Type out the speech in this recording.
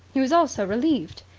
he was also relieved.